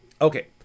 Okay